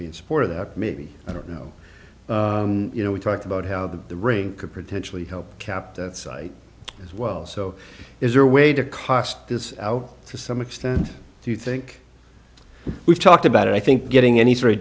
be in support of that maybe i don't know you know we talked about how the ring could potentially help cap that site as well so is there a way to cost this out to some extent do you think we've talked about it i think getting any sort of